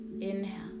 inhale